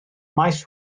maes